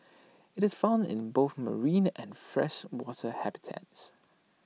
IT is found in both marine and freshwater habitats